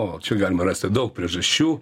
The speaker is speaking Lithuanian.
o čia galima rasti daug priežasčių